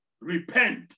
Repent